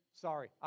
Sorry